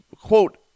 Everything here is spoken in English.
quote